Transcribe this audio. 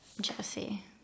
Jesse